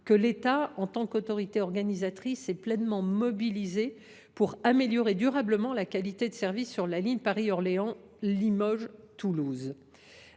que l’État, en tant qu’autorité organisatrice, est pleinement mobilisé pour améliorer durablement la qualité de service sur la ligne Paris Orléans Limoges Toulouse.